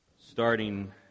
starting